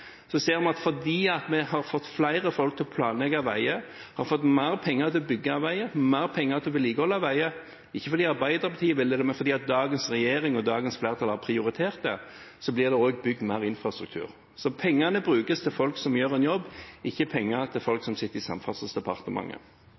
ser vi at fordi vi har fått flere folk til å planlegge veier, har fått mer penger til å bygge veier, mer penger til vedlikehold av veier, ikke fordi Arbeiderpartiet ville det, men fordi dagens regjering og dagens flertall har prioritert det, så blir det også bygd mer infrastruktur. Så pengene brukes til folk som gjør en jobb, ikke til folk